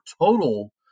total